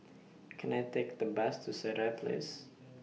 Can I Take The Bus to Sireh Place